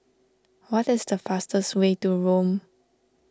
what is the fastest way to Rome